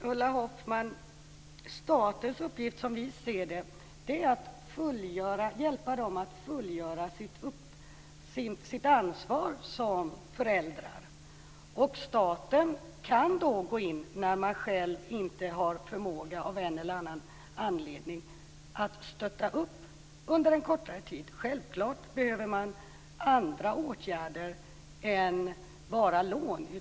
Herr talman! Statens uppgift som vi ser det, Ulla Hoffmann, är att hjälpa dem att fullgöra sitt ansvar som föräldrar. Staten kan gå in, när man själv av en eller annan anledning inte har förmågan, och stötta under en kortare tid. Självklart behöver man andra åtgärder än bara lån.